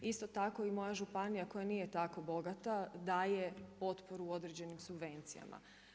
Isto tako i moja županija koja nije tako bogata daje potporu određenim subvencijama.